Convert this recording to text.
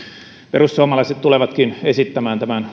perussuomalaiset tulevatkin esittämään tämän